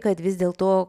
kad vis dėl to